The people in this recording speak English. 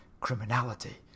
criminality